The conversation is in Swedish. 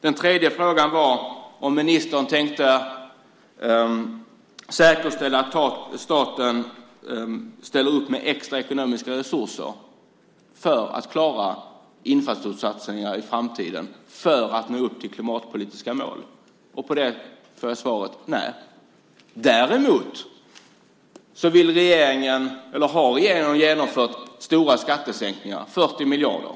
Den tredje frågan var om ministern tänkte säkerställa att staten ställer upp med extra ekonomiska resurser för att vi ska klara infrastruktursatsningar i framtiden och nå upp till de klimatpolitiska målen. På den frågan får jag svaret nej. Däremot har regeringen genomfört skattesänkningar på 40 miljarder.